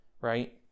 Right